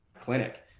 clinic